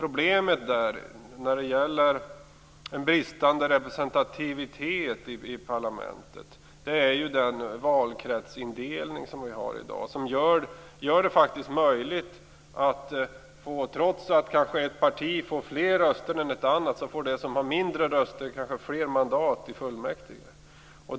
Problemet när det gäller bristande representativitet i parlamentet är ju den valkretsindelning som vi har i dag. Trots att ett parti får fler röster än ett annat, får det parti som har färre röster kanske fler mandat i fullmäktige.